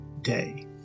day